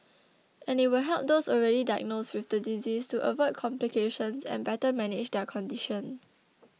and it will help those already diagnosed with the disease to avoid complications and better manage their condition